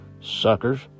suckers